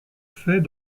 fait